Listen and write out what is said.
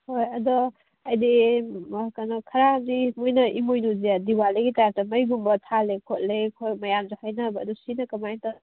ꯍꯣꯏ ꯑꯗꯣ ꯍꯥꯏꯗꯤ ꯀꯩꯅꯣ ꯈꯔꯗꯤ ꯃꯣꯏꯅ ꯏꯃꯣꯏꯅꯨꯁꯦ ꯗꯤꯋꯥꯂꯤꯒꯤ ꯇꯥꯏꯞꯇ ꯃꯩꯒꯨꯝꯕ ꯊꯥꯜꯂꯦ ꯈꯣꯠꯂꯦ ꯑꯩꯈꯣꯏ ꯃꯌꯥꯝꯁꯦ ꯍꯥꯏꯅꯕ ꯑꯗꯨ ꯁꯤꯅ ꯀꯃꯥꯏ ꯇꯧꯕ